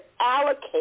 allocate